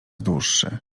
dłuższy